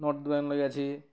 north বেঙ্গলে গেছি